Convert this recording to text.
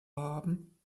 haben